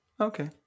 Okay